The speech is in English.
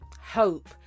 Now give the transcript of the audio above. hope